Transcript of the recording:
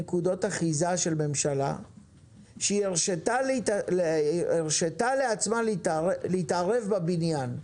נקודות אחיזה של ממשלה שהרשתה לעצמה להתערב בבניין.